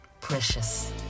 Precious